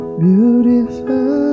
beautiful